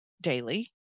daily